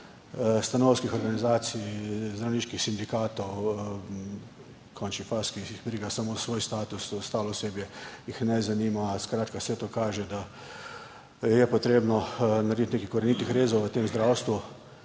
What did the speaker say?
stanovske organizacije, zdravniške sindikate, v končni fazi, ki jih briga samo svoj status, ostalo osebje jih ne zanima. Skratka, vse to kaže, da je potrebno narediti nekaj korenitih rezov v tem zdravstvu.